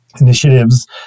initiatives